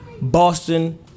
Boston